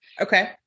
Okay